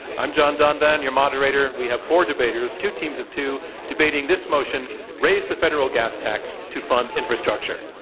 i'm john donvan, your moderator. we have four debaters, two teams of two debating this motion raise the federal gas tax to fund infrastructure.